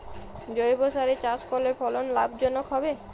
জৈবসারে চাষ করলে ফলন লাভজনক হবে?